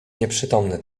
nieprzytomny